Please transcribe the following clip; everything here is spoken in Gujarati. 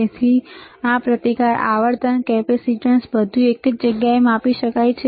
તેથી આ પ્રતિકારક આવર્તન છે કેપેસીટન્સ બધું એક જ જગ્યાએ માપી શકાય છે